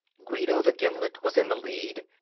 guido the gimlet was in the lead.